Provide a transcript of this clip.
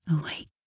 awake